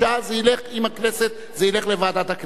וזה ילך לוועדת הכנסת.